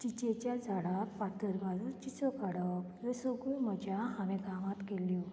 चिंचेच्या झाडाक फातर मारून चिंचो काडप ह्यो सगळ्यो मजा हांवें गांवांत केल्यो